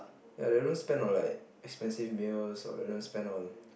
ya I don't spend on like expensive meals or you know spend on